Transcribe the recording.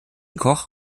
koch